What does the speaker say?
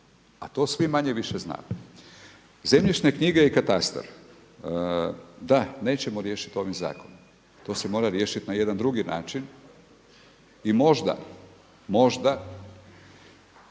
a to svi manje-više znademo. Zemljišne knjige i katastar, da nećemo riješiti ovim zakonom. To se mora riješiti na jedan drugi način i možda, možda